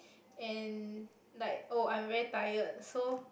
and like oh I am very tired so